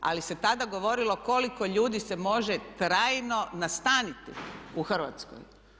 Ali se tada govorilo koliko ljudi se može trajno nastaniti u Hrvatskoj.